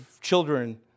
children